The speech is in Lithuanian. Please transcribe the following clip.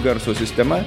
garso sistema